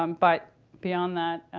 um but beyond that,